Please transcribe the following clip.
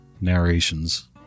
narrations